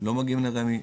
לא מגיעים לרמ"י,